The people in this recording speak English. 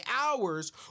hours